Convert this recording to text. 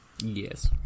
Yes